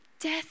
death